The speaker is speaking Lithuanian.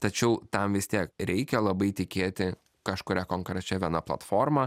tačiau tam vis tiek reikia labai tikėti kažkuria konkrečia viena platforma